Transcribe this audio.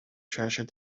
treasure